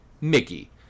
Mickey